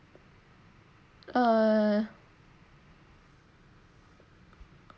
err